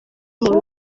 muntu